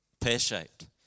pear-shaped